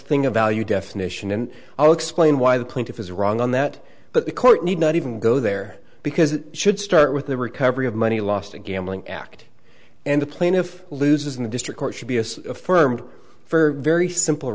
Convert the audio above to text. thing of value definition and i'll explain why the plaintiff is wrong on that but the court need not even go there because it should start with the recovery of money lost a gambling act and the plaintiff loses in the district court should be affirmed for very simple